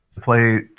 play